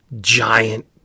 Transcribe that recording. giant